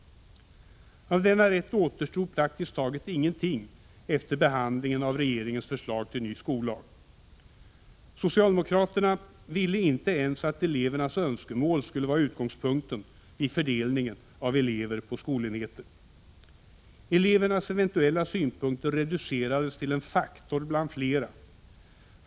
Av denna rätt återstod praktiskt taget ingenting efter behandlingen av regeringens förslag till ny skollag. Socialdemokraterna ville inte ens att elevernas önskemål skulle vara utgångspunkten vid fördelningen av elever på skolenheter. Elevernas eventuella synpunkter reducerades till en faktor bland flera.